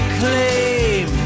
claim